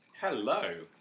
Hello